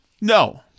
no